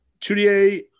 Chudier